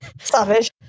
Savage